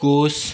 कुश